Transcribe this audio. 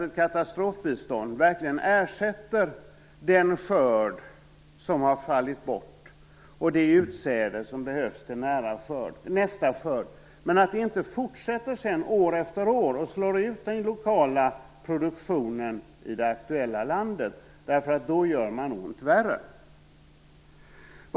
Ett katastrofbistånd skall verkligen ersätta den skörd som fallit bort och det utsäde som behövs till nästa skörd. Men det skall inte fortsätta sedan år efter år och slå ut den lokala produktionen i det aktuella landet. Då gör man ont värre.